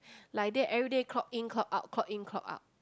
like that every day clock in clock out clock in clock out